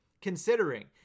considering